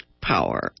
power